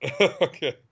Okay